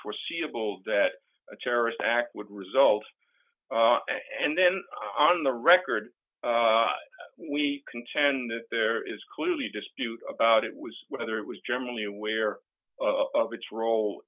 foreseeable that a terrorist act would result and then on the record we contend that there is clearly dispute about it was whether it was generally aware of its role